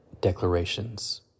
declarations